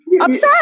upset